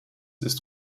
ist